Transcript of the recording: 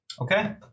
Okay